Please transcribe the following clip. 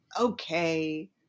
okay